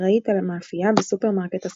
אחראית על מאפייה בסופרמרקט הסמוך,